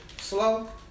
Slow